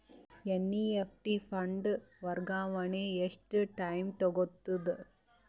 NEFT fund ವರ್ಗಾವಣೆ ಎಷ್ಟ time ತೋಗೊತದ?